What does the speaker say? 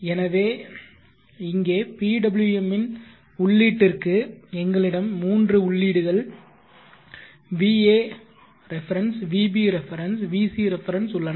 எனவே இங்கே PWM இன் உள்ளீட்டிற்கு எங்களிடம் மூன்று உள்ளீடுகள் va ref vb ref vc ref உள்ளன